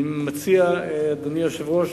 אני מציע, אדוני היושב-ראש,